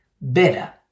better